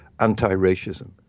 anti-racism